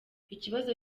ikibazo